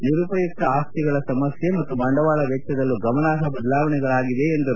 ನಿರುಪಯುಕ್ತ ಆಸ್ತಿಗಳ ಸಮಸ್ನೆ ಮತ್ತು ಬಂಡವಾಳ ವೆಚ್ಚದಲ್ಲೂ ಸಹ ಗಮನಾರ್ಹ ಬದಲಾವಣೆಗಳಾಗಿವೆ ಎಂದರು